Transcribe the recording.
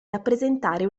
rappresentare